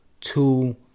two